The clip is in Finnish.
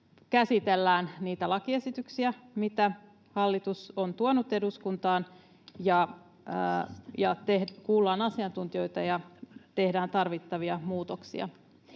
käsitellään niitä lakiesityksiä, mitä hallitus on tuonut eduskuntaan, ja kuullaan asiantuntijoita ja tehdään tarvittavia muutoksia.